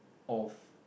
of